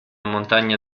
montagna